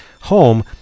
home